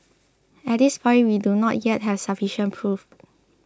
at this point we do not yet have sufficient proof